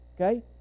okay